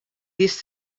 his